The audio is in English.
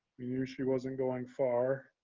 we knew she wasn't going far.